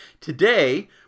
Today